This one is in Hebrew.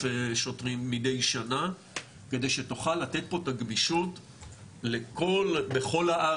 שוטרים מדי שנה כדי שנוכל לתת פה את הגמישות לכל הארץ.